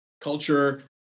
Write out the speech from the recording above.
culture